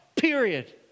period